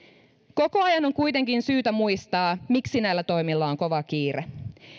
koko ajan on kuitenkin syytä muistaa miksi näillä toimilla on kova kiire